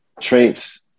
traits